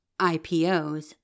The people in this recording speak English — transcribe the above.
IPOs